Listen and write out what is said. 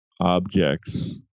objects